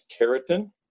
keratin